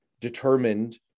determined